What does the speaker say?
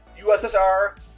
USSR